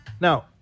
Now